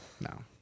no